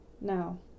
no